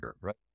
right